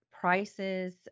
prices